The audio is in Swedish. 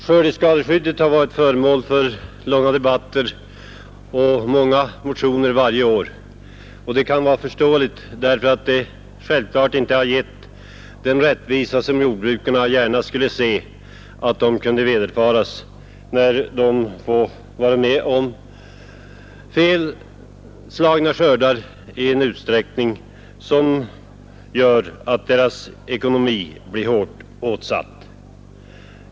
Skördeskadeskyddet har varit föremål för långa debatter och många motioner varje år, och det kan vara förståeligt därför att det självfallet inte har gett den rättvisa som jordbrukarna gärna skulle se att de kunde vederfaras, när de får vara med om felslagna skördar i en utsträckning som gör att deras ekonomi blir hårt åtsatt.